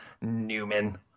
Newman